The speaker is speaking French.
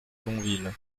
gonville